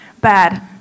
bad